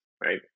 right